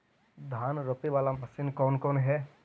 धान रोपी बाला मशिन कौन कौन है?